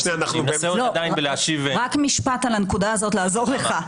רק משפט על הנקודה הזאת לעזור לך.